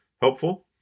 helpful